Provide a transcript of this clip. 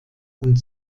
und